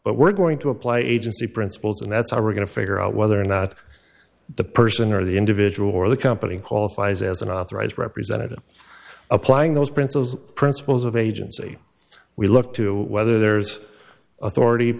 but we're going to apply agency principles and that's how we're going to figure out whether or not the person or the individual or the company called phase as an authorized representative applying those principles principles of agency we look to whether there's authority